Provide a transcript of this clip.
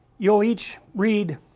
you'll each read